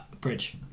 bridge